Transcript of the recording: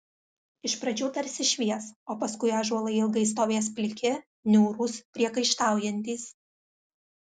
iš pradžių tarsi švies o paskui ąžuolai ilgai stovės pliki niūrūs priekaištaujantys